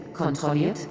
Kontrolliert